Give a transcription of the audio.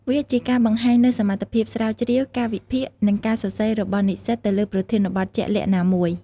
វាគឺជាការបង្ហាញនូវសមត្ថភាពស្រាវជ្រាវ ការវិភាគ និងការសរសេររបស់និស្សិតទៅលើប្រធានបទជាក់លាក់ណាមួយ។